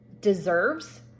deserves